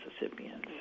Mississippians